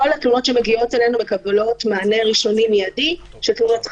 כל התלונות שמגיעות אלינו מקבלות מענה ראשוני מיידי: תלונתך